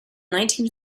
nineteen